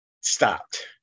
stopped